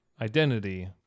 Identity